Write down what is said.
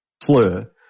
slur